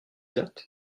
that